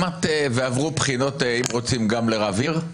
ועברו בחינות, אם רוצים גם לרב עיר,